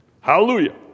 Hallelujah